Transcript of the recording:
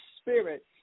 Spirit